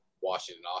Washington